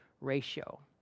ratio